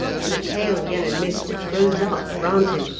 for the pale yellow mist rose up round him,